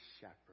shepherd